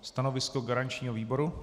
Stanovisko garančního výboru?